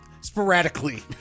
sporadically